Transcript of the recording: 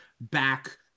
back